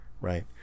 right